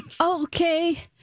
okay